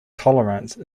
tolerance